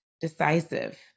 decisive